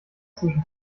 zwischen